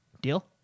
Deal